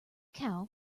cow